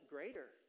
Greater